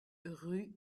rue